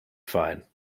fine